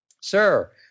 Sir